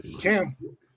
Cam